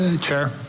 Chair